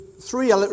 three